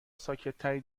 ساکتتری